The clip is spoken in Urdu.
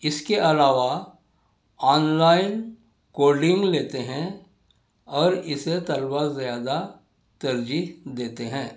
اس کے عالاوہ آن لائن کوڈنگ لیتے ہیں اور اسے طلباء زیادہ ترجیح دیتے ہیں